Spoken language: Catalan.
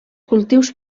cultius